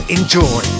Enjoy